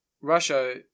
russia